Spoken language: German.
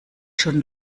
schon